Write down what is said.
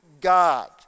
God